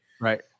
right